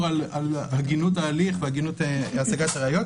על הגינות ההליך והגינות השגת הראיות.